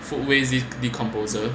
food waste decomposter